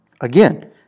Again